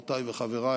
חברותיי וחבריי